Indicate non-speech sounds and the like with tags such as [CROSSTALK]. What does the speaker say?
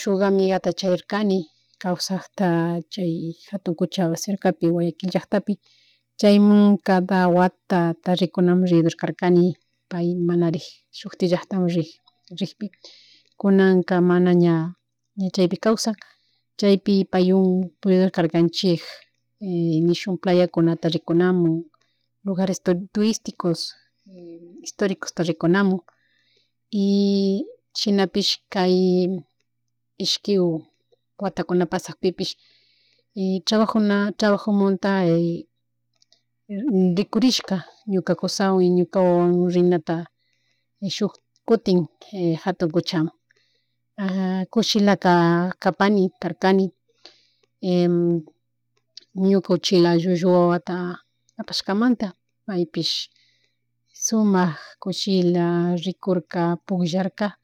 shuk amigata charirkani kawsakta [HESITATION] chay jatun kuchapi cercalapi Guayaquil llacktapi [NOISE] chaymun cada watata rikunamun ridukarkani pay manarik shukti llacktamun riji, rikpi. Kunanka mana ña, ña chaypi kawsa, chaypi payun puridurkarkanchik [HESITATION] nishuk playakunata rikunamun, lugares turisticos [HESITATION] historicosta rikunamun y [HESITATION] shinapish kay ishki watakuna pashakpipish [NOISE] trabajuna, trabajumanta [HESITATION] rikushishka ñuka kushawan, y ñuka wawawan rinata [NOISE] shuk, kutin jatun kuchaman kushilata kapani, karkani [NOISE] [UNINTELLIGIBLE] llullu wawata apashkamanta paypish sumak kushila rikurka, pukllarka [NOISE]